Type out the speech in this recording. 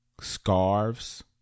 scarves